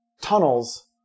tunnels